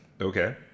Okay